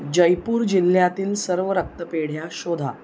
जयपूर जिल्ह्यातील सर्व रक्तपेढ्या शोधा